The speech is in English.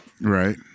right